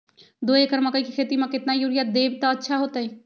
दो एकड़ मकई के खेती म केतना यूरिया देब त अच्छा होतई?